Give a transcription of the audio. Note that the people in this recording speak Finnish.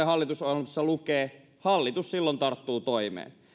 hallitusohjelmassa lukee hallitus silloin tarttuu toimeen